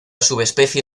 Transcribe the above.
subespecie